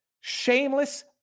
shameless